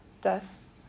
death